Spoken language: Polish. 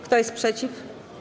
Kto jest przeciw?